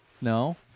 No